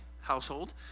household